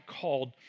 called